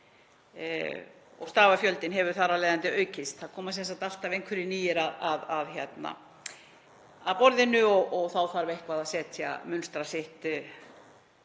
og stafafjöldinn hefur þar af leiðandi aukist. Það koma sem sagt alltaf einhverjir nýir að borðinu og þá þarf eitthvað að munstra, setja